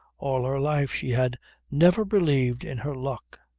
all her life she had never believed in her luck,